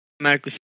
automatically